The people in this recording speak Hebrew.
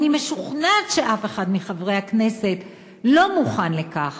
ואני משוכנעת שאף אחד מחברי הכנסת לא מוכן לכך,